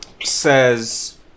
says